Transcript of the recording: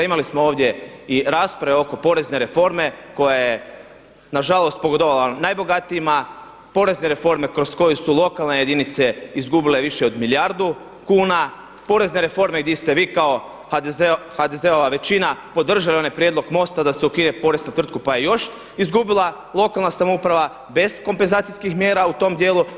Imali smo ovdje i rasprave oko porezne reforme koja je na žalost pogodovala najbogatijima, porezne reforme kroz koje su lokalne jedinice izgubile više od milijardu kuna, porezne reforme gdje ste vi kao HDZ-ova većina podržali onaj prijedlog MOST-a da se ukine onaj porez na tvrtku pa je još izgubila lokalna samouprava bez kompenzacijskih mjera u tom dijelu.